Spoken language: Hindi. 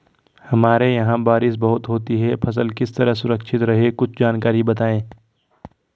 हमारे यहाँ बारिश बहुत होती है फसल किस तरह सुरक्षित रहे कुछ जानकारी बताएं?